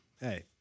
hey